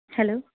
hello